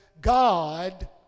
God